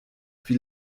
wie